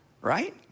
Right